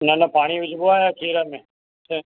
न न पाणी विझबो आहे छा खीर में